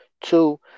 Two